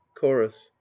chorus